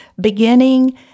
beginning